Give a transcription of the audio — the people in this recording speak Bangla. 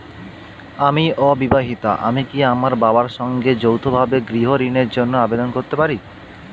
আমি অবিবাহিতা আমি কি আমার বাবার সঙ্গে যৌথভাবে গৃহ ঋণের জন্য আবেদন করতে পারি?